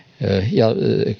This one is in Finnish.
ja